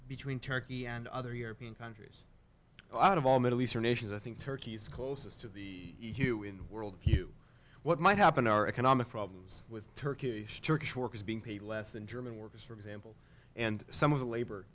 between turkey and other european countries well out of all middle eastern nations i think turkey is closest to the you in world view what might happen are economic problems with turkish turkish workers being paid less than german workers for example and some of the labor